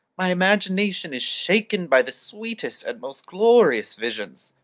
my imagination is shaken by the sweetest and most glorious visions.